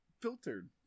filtered